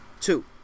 two